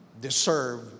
deserve